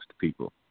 people